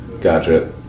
Gotcha